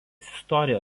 istorija